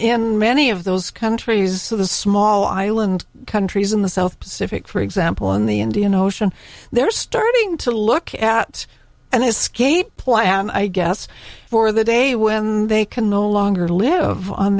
in many of those countries the small island countries in the south pacific for example in the indian ocean they're starting to look at an escape plan i guess for the day when they can no longer live on